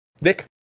Nick